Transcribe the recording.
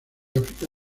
áfrica